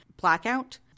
blackout